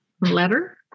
letter